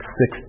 six